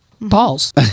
balls